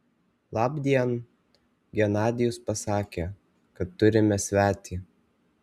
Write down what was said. labdien genadijus pasakė kad turime svetį